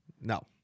No